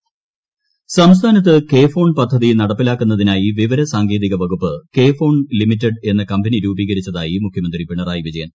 K FON പദ്ധതി സംസ്ഥാനത്ത് K FON പദ്ധതി നടപ്പിലാക്കുന്നതിനായി വിവരസാങ്കേതിക വകുപ്പ് ക്രെഫോൺ ലിമിറ്റഡ് എന്ന കമ്പനി രൂപീകരിച്ചതായി മുഖ്യമന്ത്രി പിണറായി വിജയൻ